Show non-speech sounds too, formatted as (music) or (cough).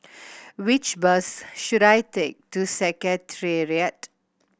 (noise) which bus should I take to Secretariat